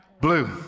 blue